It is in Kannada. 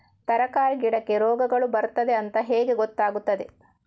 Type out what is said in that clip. ತರಕಾರಿ ಗಿಡಕ್ಕೆ ರೋಗಗಳು ಬರ್ತದೆ ಅಂತ ಹೇಗೆ ಗೊತ್ತಾಗುತ್ತದೆ?